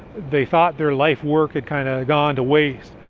they thought their life's work had kind of gone to waste.